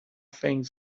things